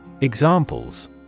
Examples